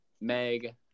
Meg